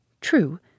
True